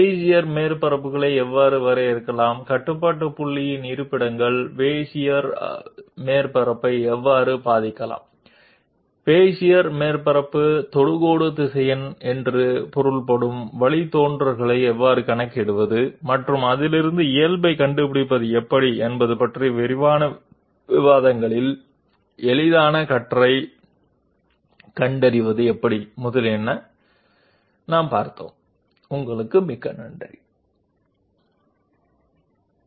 Bezier surface లను ఎలా గీయవచ్చు కంట్రోల్ పాయింట్ లొకేషన్లు బెజియర్ సర్ఫేస్ పై ఎలా ప్రభావం చూపుతాయి బెజియర్ సర్ఫేస్ పై టాంజెంట్ వెక్టర్స్ని సూచించే ఉత్పన్నాలను ఎలా లెక్కించాలి మరియు దాని నుండి నార్మల్ ని ఎలా కనుగొనాలి అనే దాని గురించి వివరణాత్మక చర్చల్లో కట్టర్ మొదలైనవాటిని గుర్తించడానికి తెలుసుకుందాం